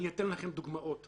אני אתן לכם דוגמאות.